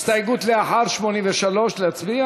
לאחר 83, לא.